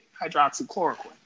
hydroxychloroquine